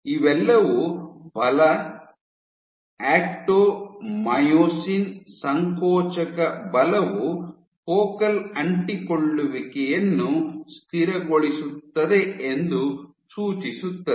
ಇವೆಲ್ಲವೂ ಬಲ ಆಕ್ಟೊಮಿಯೊಸಿನ್ ಸಂಕೋಚಕ ಬಲವು ಫೋಕಲ್ ಅಂಟಿಕೊಳ್ಳುವಿಕೆಯನ್ನು ಸ್ಥಿರಗೊಳಿಸುತ್ತದೆ ಎಂದು ಸೂಚಿಸುತ್ತದೆ